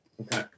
Okay